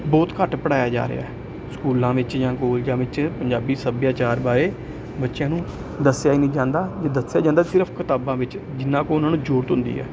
ਬਹੁਤ ਘੱਟ ਪੜ੍ਹਾਇਆ ਜਾ ਰਿਹਾ ਸਕੂਲਾਂ ਵਿੱਚ ਜਾਂ ਕੋਲਜਾਂ ਵਿੱਚ ਪੰਜਾਬੀ ਸੱਭਿਆਚਾਰ ਬਾਰੇ ਬੱਚਿਆਂ ਨੂੰ ਦੱਸਿਆ ਹੀ ਨਹੀਂ ਜਾਂਦਾ ਜੇ ਦੱਸਿਆ ਜਾਂਦਾ ਸਿਰਫ਼ ਕਿਤਾਬਾਂ ਵਿੱਚ ਜਿੰਨਾ ਕੁ ਉਹਨਾਂ ਨੂੰ ਜ਼ਰੂਰਤ ਹੁੰਦੀ ਹੈ